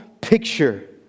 picture